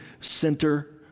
center